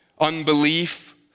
unbelief